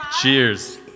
Cheers